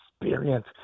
experience